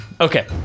Okay